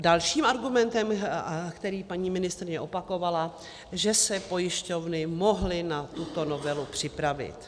Dalším argumentem, který paní ministryně opakovala, že se pojišťovny mohly na tuto novelu připravit.